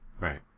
right